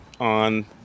on